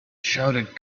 shouted